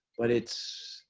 but it's